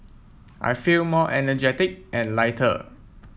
I feel more energetic and lighter